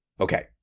Okay